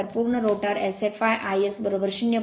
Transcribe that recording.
तर पूर्ण रोटर Sfl iS ०